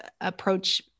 approach